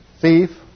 thief